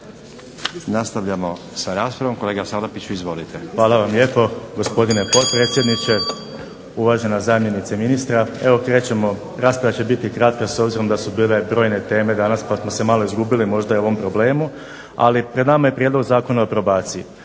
Nastavljamo sa raspravom. Kolega Salapiću izvolite. **Salapić, Josip (HDSSB)** Hvala vam lijepo gospodine potpredsjedniče, uvažena zamjenice ministra. Evo krećemo, rasprava će biti kratka s obzirom da su bile brojne teme danas pa smo se malo izgubili možda i u ovom problemu, ali pred nama je prijedlog Zakona o probaciji.